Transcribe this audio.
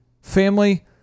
family